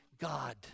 God